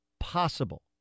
Possible